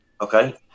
okay